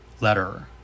letterer